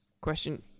question